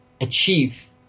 achieve